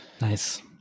Nice